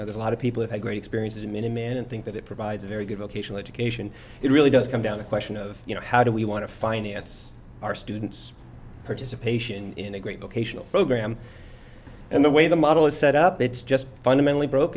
know there's a lot of people have had great experiences in a man and think that it provides a very good vocational education it really does come down the question of you know how do we want to finance our students participation in a great location program and the way the model is set up it's just fundamentally broke